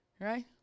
right